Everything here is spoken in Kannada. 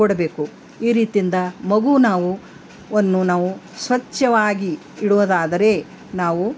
ಕೊಡಬೇಕು ಈ ರೀತಿಯಿಂದ ಮಗು ನಾವು ವನ್ನು ನಾವು ಸ್ವಚ್ಛವಾಗಿ ಇಡುವದಾದರೆ ನಾವು